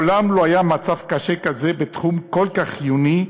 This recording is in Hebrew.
מעולם לא היה מצב קשה כזה בתחום כל כך חיוני,